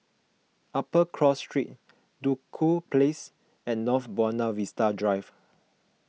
Upper Cross Street Duku Place and North Buona Vista Drive